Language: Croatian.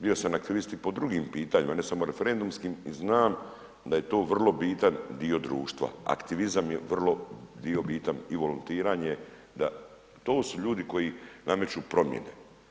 Bio sam aktivist i po drugim pitanjima, ne samo referendumskim, i znam da je to vrlo bitan dio društva, aktivizam je vrlo dio bitan, i volontiranje da, to su ljudi koji nameću promijene.